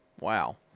Wow